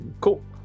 cool